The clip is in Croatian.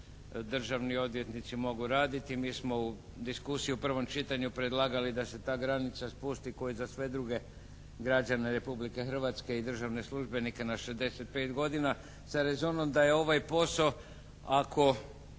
državni odvjetnici mogu raditi. Mi smo u diskusiji u prvom čitanju predlagali da se ta granica spusti ko i za sve druge građane Republike Hrvatske i državne službenike na 65 godina, sa rezonom da je ovaj posao ako